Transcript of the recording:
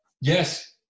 Yes